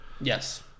Yes